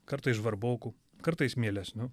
kartais žvarboku kartais mielesniu